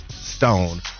stone